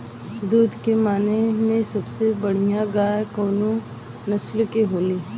दुध के माने मे सबसे बढ़ियां गाय कवने नस्ल के होली?